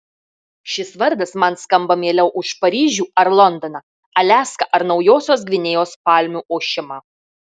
šis vardas man skamba mieliau už paryžių ar londoną aliaską ar naujosios gvinėjos palmių ošimą